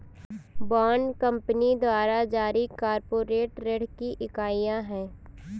bond company द्वारा जारी corporate ऋण की इकाइयां हैं